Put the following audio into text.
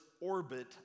orbit